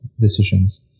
decisions